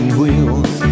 wheels